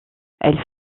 elle